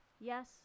Yes